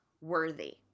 worthy